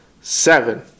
seven